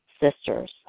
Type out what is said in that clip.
sisters